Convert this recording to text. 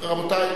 אדוני.